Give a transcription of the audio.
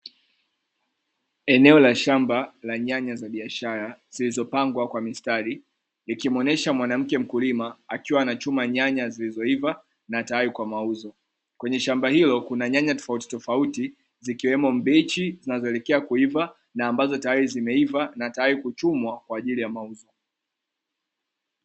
Eneo la shamba la nyanya za biashara, zilizopangwa kwa mistari, ikimuonyesha mwanamke mkulima akiwa anachuma nyanya zilizoiva na tayari kwa mauzo. Kwenye shamba hilo kuna nyanya tofauti tofauti zikiwemo mbichi, zinazoelekea kuiva na ambazo tayari zimeiva na tayari kuchumwa kwa ajili ya mauzo.